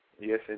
Yes